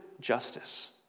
justice